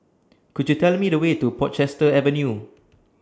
Could YOU Tell Me The Way to Portchester Avenue